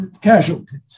casualties